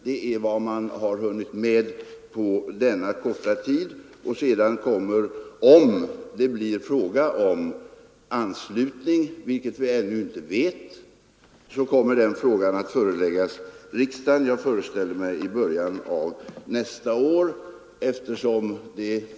Det är vad man har hunnit med. Om det blir fråga om anslutning, vilket vi ännu inte vet, kommer den saken att föreläggas riksdagen i början av nästa år, föreställer jag mig.